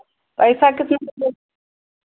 पैसा कितना मिलेगा